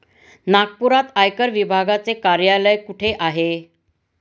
नागपुरात आयकर विभागाचे कार्यालय कुठे आहे?